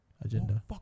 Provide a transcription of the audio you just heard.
Agenda